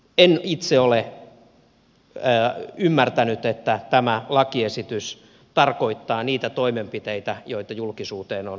en itse ole ymmärtänyt että tämä lakiesitys tarkoittaa niitä toimenpiteitä joita julkisuuteen on esille tullut